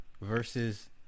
versus